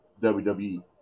wwe